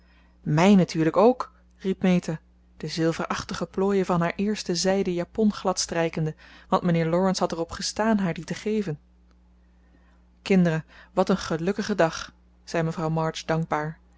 natuurlijk ook riep meta de zilverachtige plooien van haar eerste zijden japon gladstrijkende want mijnheer laurence had er op gestaan haar die te geven kinderen wat een gelukkige dag zei mevrouw march dankbaar